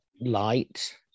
light